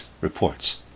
reports